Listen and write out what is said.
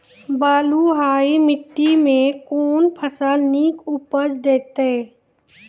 बलूआही माटि मे कून फसल नीक उपज देतै?